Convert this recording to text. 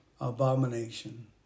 abomination